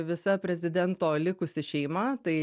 visa prezidento likusi šeima tai